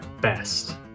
best